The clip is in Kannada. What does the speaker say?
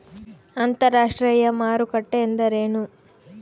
ಅಂತರಾಷ್ಟ್ರೇಯ ಮಾರುಕಟ್ಟೆ ಎಂದರೇನು?